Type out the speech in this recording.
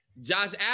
Josh